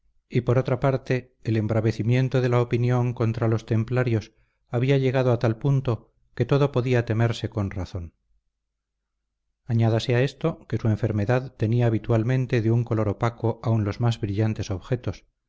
y por otra parte el embravecimiento de la opinión contra los templarios había llegado a tal punto que todo podía temerse con razón añádase a esto que su enfermedad teñía habitualmente de un color opaco aun los más brillantes objetos